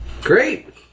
Great